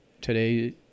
Today